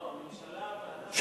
לא, הממשלה, את ההצעה לסדר-היום.